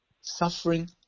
Suffering